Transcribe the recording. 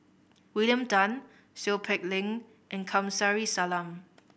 William Tan Seow Peck Leng and Kamsari Salam